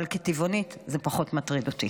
אבל כטבעונית זה פחות מטריד אותי.